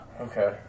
Okay